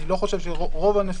אני חושב שקשה לראות את רוב הנושאים